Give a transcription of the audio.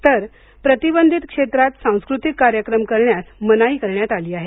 तर प्रतिबंधित क्षेत्रात सांस्कृतिक कार्यक्रम करण्यास मनाई करण्यात आली आहे